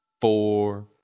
four